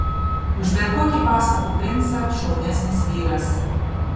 už bet kokį pasakų princą šaunesnis vyras